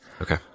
Okay